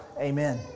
Amen